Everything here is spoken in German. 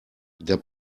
der